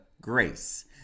Grace